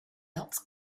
else